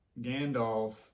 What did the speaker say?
Gandalf